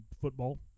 football